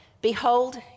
behold